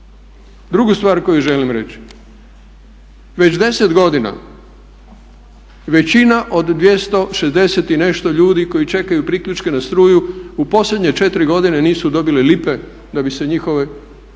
Drugu stvar koju želim reći, već 10 godina većina od 260 i nešto ljudi koji čekaju priključke na struju u posljednje 4 godine nisu dobili lipe da bi se njihovi domovi